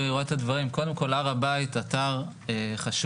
קודם כל, הר הבית הוא אתר חשוב.